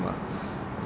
ya so